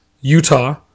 Utah